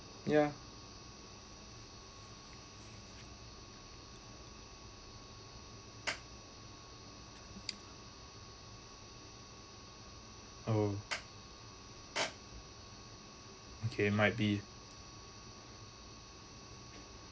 yeah oh okay might be